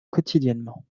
quotidiennement